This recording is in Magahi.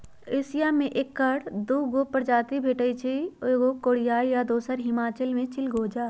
एशिया में ऐकर दू गो प्रजाति भेटछइ एगो कोरियाई आ दोसर हिमालय में चिलगोजा